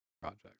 project